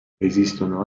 esistono